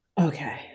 okay